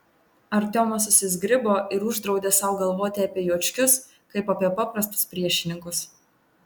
artiomas susizgribo ir uždraudė sau galvoti apie juočkius kaip apie paprastus priešininkus